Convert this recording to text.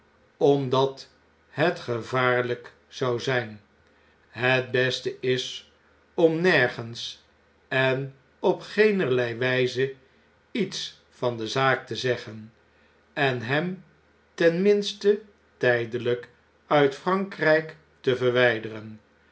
omdat het gevaarljjk zou zjjn het beste is om nergens en op geenerlei wijze iets van de zaak te zeggen en hem tenminste tijdeljjk uit prankrjjkte verwijderen